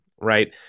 Right